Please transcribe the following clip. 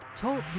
Talk